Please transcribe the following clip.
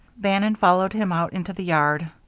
bannon followed him out into the yard.